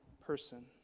person